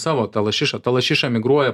savo tą lašišą ta lašiša migruoja